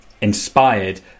inspired